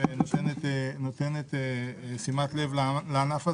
שנותנת שימת לב לענף הזה,